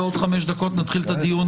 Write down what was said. תודה.